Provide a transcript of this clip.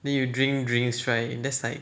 then you drink drinks right that's like